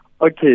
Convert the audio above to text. Okay